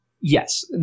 Yes